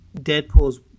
Deadpool's